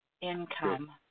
income